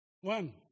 One